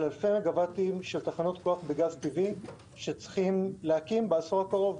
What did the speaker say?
על אלפי מגה וואטים של תחנות כוח בגז טבעי שצריך להקים בעשור הקרוב.